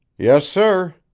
yes, sir.